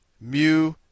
mu